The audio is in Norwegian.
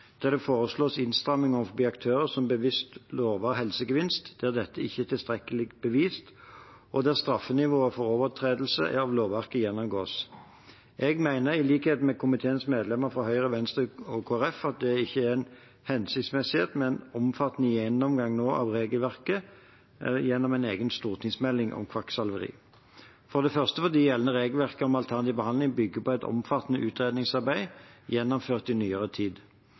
der det foreslås innstramminger overfor aktører som bevisst lover helsegevinst der dette ikke er tilstrekkelig bevist, og der straffenivået for overtredelser av lovverket gjennomgås. Jeg mener, i likhet med komiteens medlemmer fra Høyre, Venstre og Kristelig Folkeparti, at det ikke er hensiktsmessig nå med en omfattende gjennomgang av regelverket gjennom en egen stortingsmelding om kvakksalveri. Det er for det første fordi gjeldende regelverk om alternativ behandling bygger på et omfattende utredningsarbeid gjennomført i nyere tid,